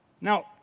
Now